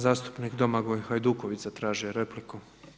Zastupnik Domagoj Hajduković zatražio je repliku.